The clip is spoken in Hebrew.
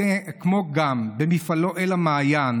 במפעלו "אל המעיין"